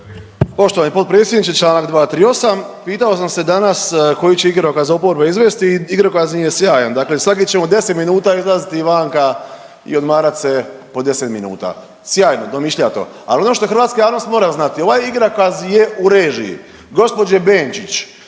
Poštovani potpredsjedniče. Čl. 238. Pitao sam se danas koji će igrokaz oporba izvesti i igrokaz im je sjajan, dakle svakih ćemo 10 minuta izlaziti vanka i odmarat se po 10 minuta. Sjajno, domišljato. Ali ono što hrvatska javnost mora znati. Ovaj igrokaz je u režiji gospođe Benčić,